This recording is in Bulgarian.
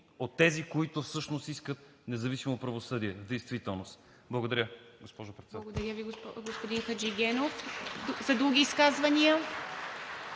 от тези, които всъщност искат независимо правосъдие в действителност. Благодаря, госпожо Председател.